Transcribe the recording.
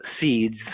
seeds